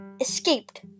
escaped